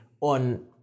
on